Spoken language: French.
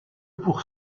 pour